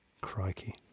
Crikey